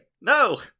No